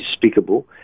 despicable